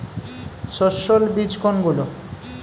সস্যল বীজ কোনগুলো?